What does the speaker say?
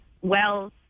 wells